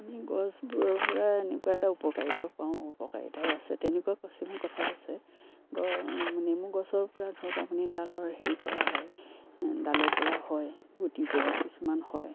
আমি গছবোৰৰ পৰা এনেকুৱা এটা উপকাৰিতা পাওঁ উপকাৰিতাও আছে তেনেকুৱা কিছুমান কথা আছে গ নেমু গছৰ পৰা ধৰক আপুনি ডালৰ পৰা হেৰি কৰা হয় ডালৰ পৰা হয় গুটি পৰাও কিছুমান হয়